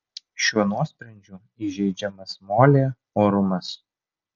šiuo nuosprendžiu įžeidžiamas molė orumas